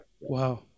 Wow